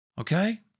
okay